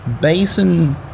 basin